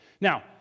Now